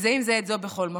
אנחנו מזהים זה את זו בכל מקום.